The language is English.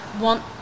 want